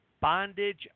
bondage